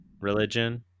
religion